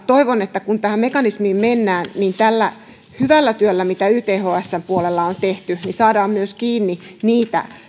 toivon että kun tähän mekanismiin mennään niin tällä hyvällä työllä mitä ythsn puolella on tehty saadaan myös kiinni niitä